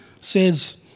says